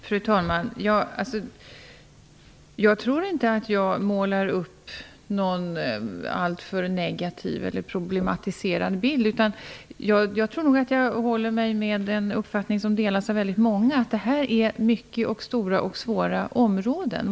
Fru talman! Jag tror inte att jag målar upp någon alltför negativ eller problematiserad bild. Jag håller mig nog med en uppfattning som delas av många, att detta handlar om mycket stora och svåra områden.